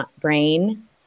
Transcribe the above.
brain